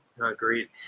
Agreed